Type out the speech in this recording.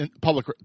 Public